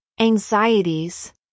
anxieties